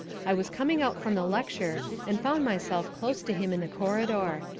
i was coming out from the lecture and found myself close to him in the corridor.